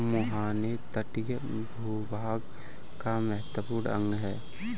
मुहाने तटीय भूभाग का महत्वपूर्ण अंग है